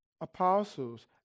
apostles